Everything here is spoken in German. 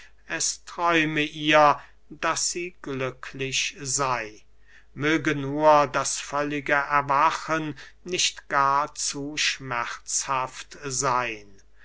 es träume ihr daß sie glücklich sey möge nur das völlige erwachen nicht gar zu schmerzhaft seyn